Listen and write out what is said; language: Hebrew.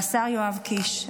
והשר יואב קיש,